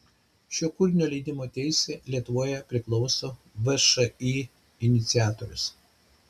šio kūrinio leidimo teisė lietuvoje priklauso všį iniciatorius